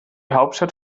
hauptstadt